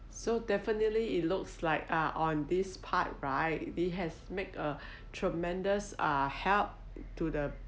so definitely it looks like uh on this part right they have made a tremendous uh help to the